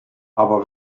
aber